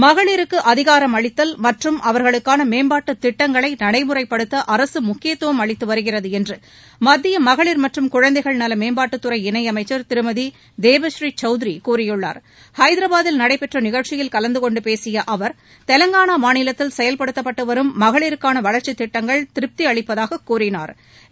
மகளிருக்கு அதிகாரம் அளித்தல் மற்றும் அவர்களுக்கான மேம்பாட்டுத் திட்டங்களை நடைமுறைப்படுத்த அரசு முக்கியத்துவம் அளித்து வருகிறது என்று மத்திய மகளிர் மற்றும் குழந்தைகள் நல மேம்பாட்டுத்துறை இணையமைச்சர் திருமதி தேபஸ்ரீ சௌத்ரி கூறியுள்ளார் ஹைதராபாத்தில் நடைபெற்ற நிகழ்ச்சியில் கலந்துகொண்டு பேசிய அவர் தெலங்கானா மாநிலத்தில் செயல்படுத்தப்பட்டு வரும் மகளிருக்கான வளர்ச்சித் திட்டங்கள் திருப்தியளிப்பதாக கூறினாா்